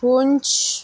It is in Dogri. पुंछ